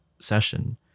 session